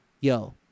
Yo